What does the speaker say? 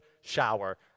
shower